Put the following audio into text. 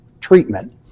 treatment